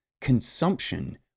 consumption